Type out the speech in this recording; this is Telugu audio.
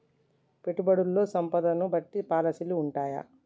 పెట్టుబడుల్లో సంపదను బట్టి పాలసీలు ఉంటయా?